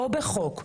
או בחוק,